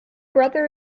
brother